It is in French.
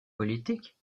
politique